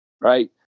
Right